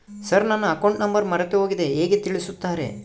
Sir ನನ್ನ account number ಮರೆತುಹೋಗಿದೆ ಹೇಗೆ ತಿಳಿಸುತ್ತಾರೆ?